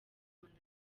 rwanda